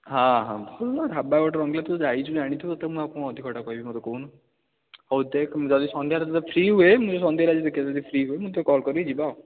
ହଁ ହଁ ଭଲ ଢ଼ାବା ଗୋଟେ ରଙ୍ଗିଲା ତୁ ଯାଇଛୁ ଜାଣିଥିବୁ ତୋତେ ମୁଁ ଆଉ କ'ଣ ଅଧିକଟା କହିବି ମୋତେ କହୁନୁ ହଉ ଦେଖ ମୁଁ ଯଦି ସନ୍ଧ୍ୟାରେ ମୁଁ ଯଦି ଫ୍ରି ହୁଏ ମୁଁ ସନ୍ଧ୍ୟାରେ ଦେଖିବା ଯଦି ଫ୍ରି ହୁଏ ମୁଁ ତୋତେ କଲ୍ କରିବି ଯିବା ଆଉ